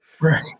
Right